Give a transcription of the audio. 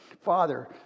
Father